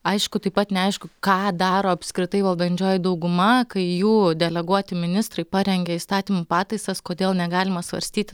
aišku taip pat neaišku ką daro apskritai valdančioji dauguma kai jų deleguoti ministrai parengia įstatymų pataisas kodėl negalima svarstyti